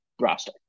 roster